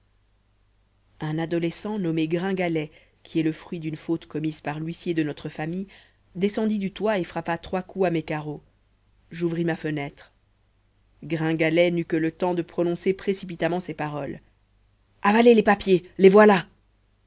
un adolescent nommé gringalet qui est le fruit d'une faute commise par l'huissier de notre famille descendit du toit et frappa trois coups à mes carreaux j'ouvris ma fenêtre gringalet n'eut que le temps de prononcer précipitamment ces paroles avalez les papiers les voilà